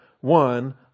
one